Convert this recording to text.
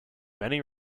many